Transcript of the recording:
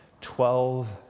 Twelve